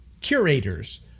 curators